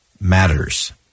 matters